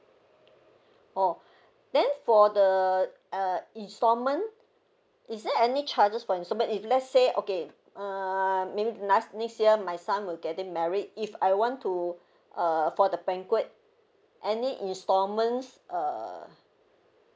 orh then for the uh instalment is there any charges for instalment if let's say okay uh maybe last next year my son will getting married if I want to err for the banquet any instalments err